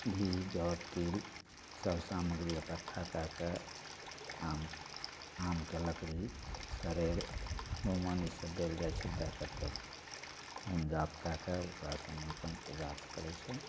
घी जौ तिल सब सामग्री इकट्ठा कए कऽ आम आम कए लकड़ी सरेर धूमन ईसब देल जाइ छै दए कऽ तब होम जाप कए कऽ ओकरा समापन पूजा करय छै